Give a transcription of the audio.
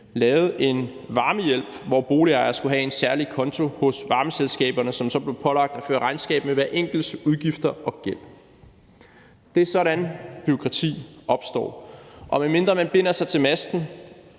lavede en varmehjælp, hvor boligejere skulle have en særlig konto hos varmeselskaberne, som så blev pålagt at føre regnskab med hver enkelts udgifter og gæld. Det er sådan, bureaukrati opstår, og medmindre man binder sig til masten